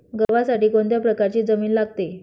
गव्हासाठी कोणत्या प्रकारची जमीन लागते?